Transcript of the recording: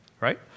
right